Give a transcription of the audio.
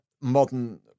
modern